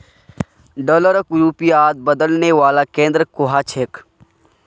डॉलरक रुपयात बदलने वाला केंद्र कुहाँ छेक